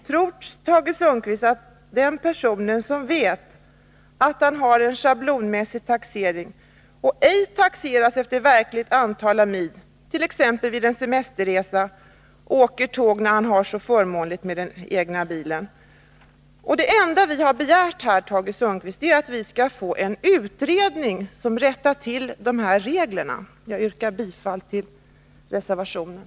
Tror Tage Sundkvist att en person som vet att han har en schablonmässig taxering och ej taxeras efter verkligt antal mil, t.ex. vid en semesterresa åker tåg, när han har det så förmånligt med den egna bilen? Det enda vi har begärt, Tage Sundkvist, är att vi skall få en utredning som rättar till de här reglerna. Jag yrkar bifall till reservationen.